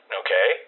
okay